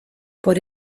por